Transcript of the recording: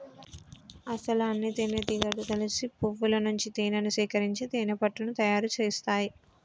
అసలు అన్నితేనెటీగలు కలిసి పువ్వుల నుంచి తేనేను సేకరించి తేనెపట్టుని తయారు సేస్తాయి